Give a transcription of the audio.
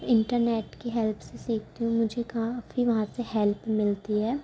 internet کی help سے سیکھتی ہوں مجھے کافی وہاں سے ہیلپ ملتی ہے